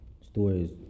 Stories